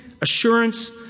assurance